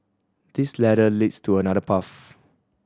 this ladder leads to another path